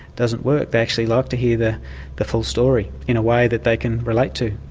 doesn't work. they actually love to hear the the full story in a way that they can relate to.